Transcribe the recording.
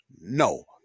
no